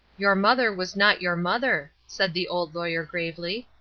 your mother was not your mother, said the old lawyer gravely.